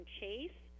chase